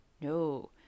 no